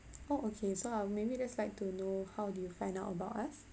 oh okay so I'll maybe just like to know how did you find out about us